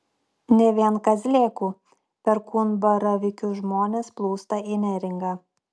ne vien kazlėkų perkūnbaravykių žmonės plūsta į neringą